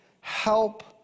help